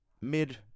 mid